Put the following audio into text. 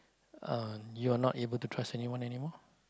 uh you are not able to trust anyone anymore